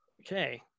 okay